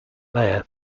mayor